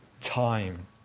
time